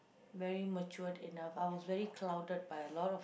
very matured enough I was very clouded by a lot of